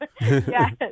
Yes